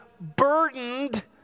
burdened